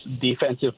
defensive